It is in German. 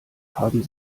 haben